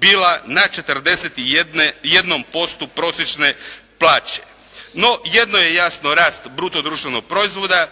bila na 41% prosječne plaće. No, jedno je, jasno rast bruto društvenog proizvoda,